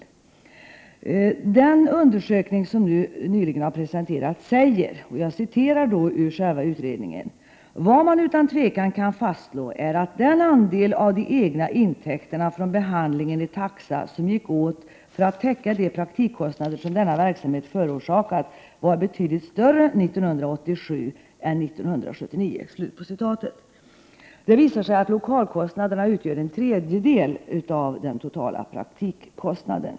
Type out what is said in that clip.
I den undersökning som nyligen presenterades säger man: ”Vad man utan tvekan kan fastslå är att den andel av de egna intäkterna från behandling enligt taxa som gick åt för att täcka de praktikkostnader som denna verksamhet förorsakat, var betydligt större 1987 än 1979.” Det visade sig att lokalkostnaderna utgör en tredjedel av den totala praktikkostnaden.